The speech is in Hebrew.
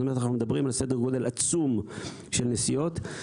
אנחנו מדברת על סדר גודל עצום של נסיעות.